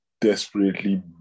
desperately